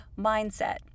mindset